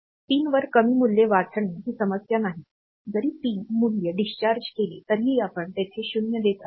पिनवर कमी मूल्ये वाचणे ही समस्या नाही जरी पिन मूल्य डिस्चार्ज केले तरीही आपण येथे 0 देत आहोत